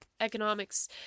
economics